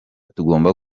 tugomba